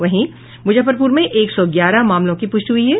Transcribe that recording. वहीं मुजफ्फरपुर में एक सौ ग्यारह मामलों की पूष्टि हुई है